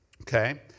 okay